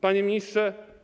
Panie Ministrze!